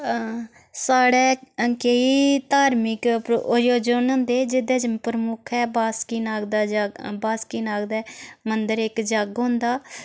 साढ़ै केईं धार्मिक आयोजन होंदे जेह्दे च प्रमुख ऐ बासकी नाग दा जग्ग बासकी नाग दे मंदर इक जग्ग होंदा